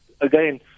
Again